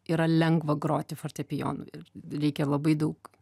yra lengva groti fortepijonu ir reikia labai daug